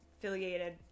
affiliated